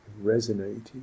resonating